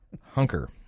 Hunker